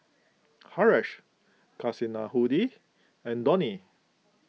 Haresh Kasinadhuni and Dhoni